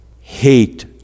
hate